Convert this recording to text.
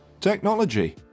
technology